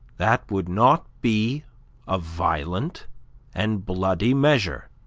that would not be a violent and bloody measure,